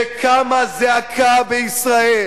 שקמה זעקה בישראל